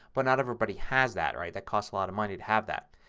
but not everybody has that. right. that costs a lot of money to have that.